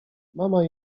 mama